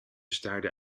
staarde